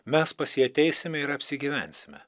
mes pas jį ateisime ir apsigyvensime